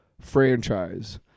franchise